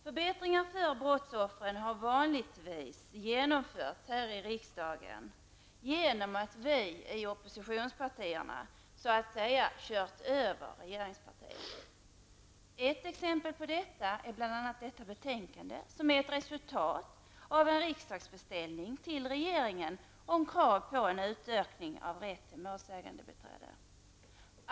Förbättringar för brottsoffren har vanligtvis genomförts här i riksdagen efter det att oppositionspartierna så att säga har kört över regeringspartiet. Ett exempel på detta är bl.a. detta betänkande, som är ett resultat av en riksdagsbeställning till regeringen om krav på en utökning av rätt till målsägandebiträde.